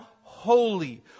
holy